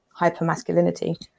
hypermasculinity